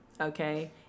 okay